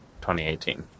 2018